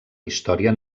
història